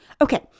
Okay